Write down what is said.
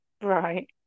right